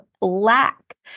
lack